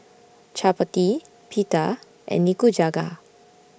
Chapati Pita and Nikujaga